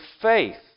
faith